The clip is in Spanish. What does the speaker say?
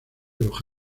pero